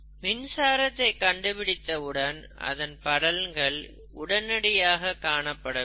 மின்சாரத்தை கண்டுபிடித்தவுடன் அதன் பலன்கள் உடனடியாக காணப்படவில்லை